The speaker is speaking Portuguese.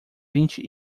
vinte